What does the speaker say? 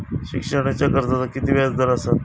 शिक्षणाच्या कर्जाचा किती व्याजदर असात?